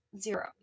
zero